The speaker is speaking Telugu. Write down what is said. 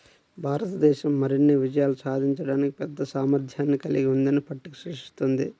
భారతదేశం మరిన్ని విజయాలు సాధించడానికి పెద్ద సామర్థ్యాన్ని కలిగి ఉందని పట్టిక సూచిస్తుంది